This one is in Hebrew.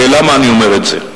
ולמה אני אומר את זה?